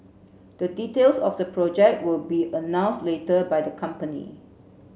the details of the project will be announced later by the company